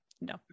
No